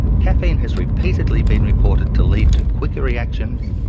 caffeine has repeatedly been reported to lead to quicker reactions,